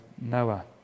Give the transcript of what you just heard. Noah